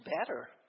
better